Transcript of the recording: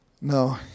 No